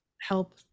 help